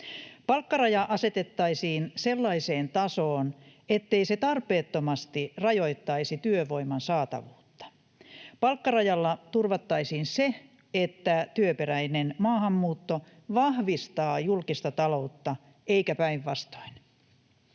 Palkkaraja asetettaisiin sellaiseen tasoon, ettei se tarpeettomasti rajoittaisi työvoiman saatavuutta. Palkkarajalla turvattaisiin se, että työperäinen maahanmuutto vahvistaa julkista taloutta eikä päinvastoin.